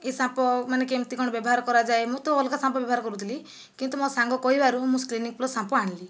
ଏ shampoo ମାନେ କେମିତି କ'ଣ ବ୍ୟବହାର କରାଯାଏ ମୁ ତ ଅଲଗା ସାମ୍ପୁ ବ୍ୟବହାର କରୁଥିଲି କିନ୍ତୁ ମୋ ସାଙ୍ଗ କହିବାରୁ ମୁଁ କ୍ଲିନିକ ପ୍ଲସ୍ ସାମ୍ପୁ ଆଣିଲି